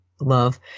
love